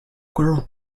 girl